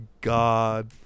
god